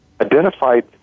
identified